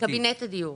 בקבינט הדיור